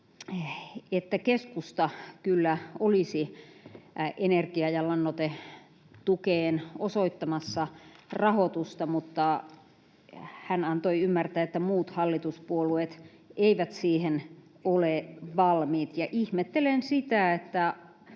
että keskusta kyllä olisi energia- ja lannoitetukeen osoittamassa rahoitusta, mutta hän antoi ymmärtää, että muut hallituspuolueet eivät siihen ole valmiit. Ihmettelen sitä,